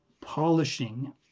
polishing